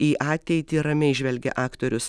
į ateitį ramiai žvelgia aktorius